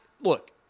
Look